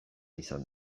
izan